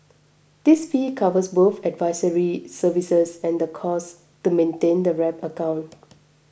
this fee covers both advisory services and the costs to maintain the wrap account